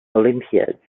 olympiads